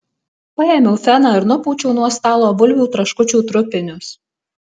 paėmiau feną ir nupūčiau nuo stalo bulvių traškučių trupinius